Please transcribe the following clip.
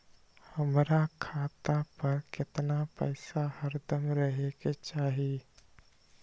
हमरा खाता पर केतना पैसा हरदम रहे के चाहि?